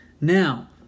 Now